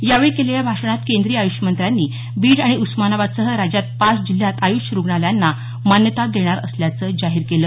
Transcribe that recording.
यावेळी केलेल्या भाषणात केंद्रीय आयूष मंत्र्यांनी बीड आणि उस्मानबादसह राज्यात पाच जिल्ह्यात आयुष रुग्णालयांना मान्यता देणार असल्याचं जाहीर केलं